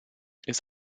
ist